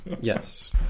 yes